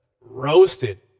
roasted